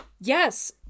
Yes